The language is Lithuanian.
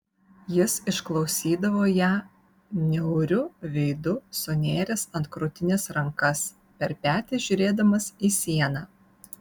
jis išklausydavo ją niauriu veidu sunėręs ant krūtinės rankas per petį žiūrėdamas į sieną